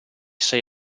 sei